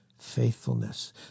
faithfulness